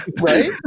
Right